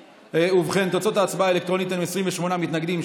ובכן תוצאות ההצבעה האלקטרונית הן 28 מתנגדים,